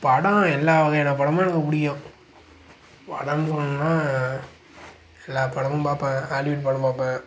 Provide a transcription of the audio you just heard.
படம் எல்லா வகையான படமும் எனக்கு பிடிக்கும் படம்னு சொன்னால் எல்லா படமும் பார்ப்பேன் ஹாலிவுட் படம் பார்ப்பேன்